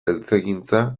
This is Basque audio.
eltzegintza